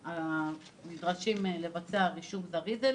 שנדרשים לבצע אליה רישום זריז.